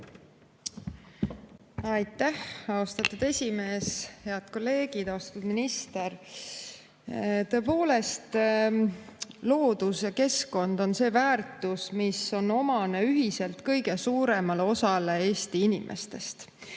Aitäh, austatud esimees! Head kolleegid! Austatud minister! Tõepoolest, loodus ja keskkond on see väärtus, mida [peab oluliseks] kõige suurem osa Eesti inimestest.